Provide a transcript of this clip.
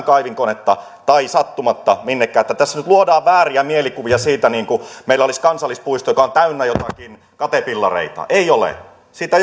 kaivinkonetta tai sattumatta minnekään tässä nyt luodaan vääriä mielikuvia siitä niin kuin meillä olisi kansallispuisto joka on täynnä joitakin katepillareita ei ole siitä